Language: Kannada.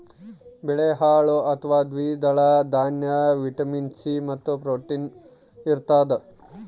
ಬೇಳೆಕಾಳು ಅಥವಾ ದ್ವಿದಳ ದಾನ್ಯ ವಿಟಮಿನ್ ಸಿ ಮತ್ತು ಪ್ರೋಟೀನ್ಸ್ ಇರತಾದ